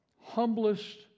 humblest